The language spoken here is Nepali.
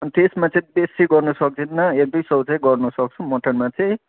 अन्त त्यसमा चाहिँ बेसी गर्नु सक्दिनँ एक दुइ सय चाहिँ गर्न सक्छु मटनमा चाहिँ